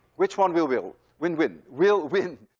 which one will will? win win? will win?